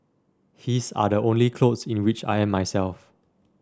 his are the only clothes in which I am myself